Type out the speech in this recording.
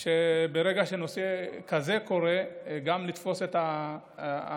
כך שכשדבר כזה קורה אפשר יהיה לתפוס את המבצעים